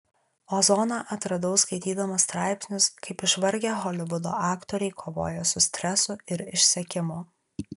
ozoną atradau skaitydamas straipsnius kaip išvargę holivudo aktoriai kovoja su stresu ir išsekimu